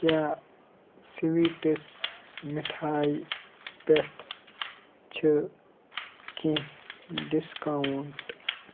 کیٛاہ سُویٹٕس مِٹھایہِ پٮ۪ٹھ چھِ کینٛہہ ڈسکاونٹ